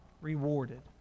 rewarded